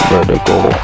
Vertical